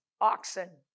oxen